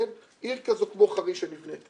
עיר כזאת כמו חריש שנבנית,